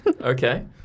Okay